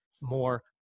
more